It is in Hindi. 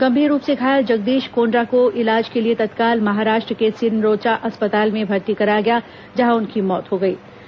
गंभीर रूप से घायल जगंदीश कोण्ड्रा को इलाज के लिए तत्काल महाराष्ट्र के सिंरोचा अस्पताल में भर्ती कराया गया जहां उनकी मौत हो गईं